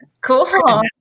Cool